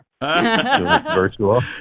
virtual